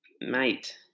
mate